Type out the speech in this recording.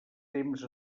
temps